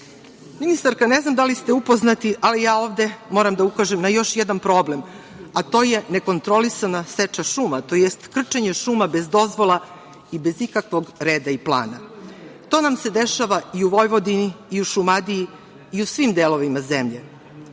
poplava. Ministarka, ne znam da li ste upoznati, ali ja ovde moram da ukažem na još jedan problem, a to je nekontrolisana seča šuma tj. krčenje šuma bez dozvola i bez ikakvog reda i plana. To nam se dešava i u Vojvodini i u Šumadiji i u svim delovima zemlje.